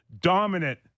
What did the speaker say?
dominant